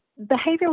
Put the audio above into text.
Behavioral